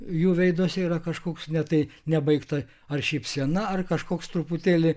jų veiduose yra kažkoks ne tai nebaigta ar šypsena ar kažkoks truputėlį